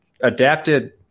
adapted